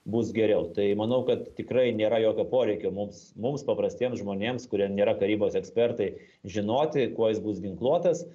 bus geriau tai manau kad tikrai nėra jokio poreikio mums mums paprastiems žmonėms kurie nėra karybos ekspertai žinoti kuo jis bus ginkluotas